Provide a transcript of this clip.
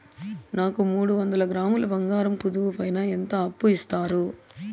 నాకు మూడు వందల గ్రాములు బంగారం కుదువు పైన ఎంత అప్పు ఇస్తారు?